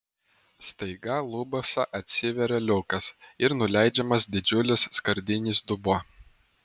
staiga lubose atsiveria liukas ir nuleidžiamas didžiulis skardinis dubuo